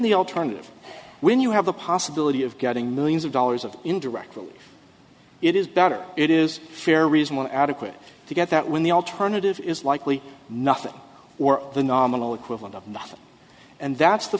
the alternative when you have the possibility of getting millions of dollars of indirectly it is better it is fair reason adequate to get that when the alternative is likely nothing or the nominal equivalent of nothing and that's the